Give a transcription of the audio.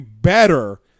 better